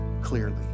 clearly